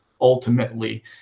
ultimately